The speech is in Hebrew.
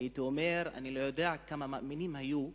הייתי אומר שאני לא יודע כמה מאמינים היו בעולם,